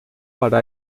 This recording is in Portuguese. para